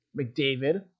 McDavid